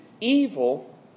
evil